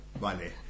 Vale